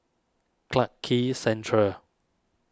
Clarke Quay Central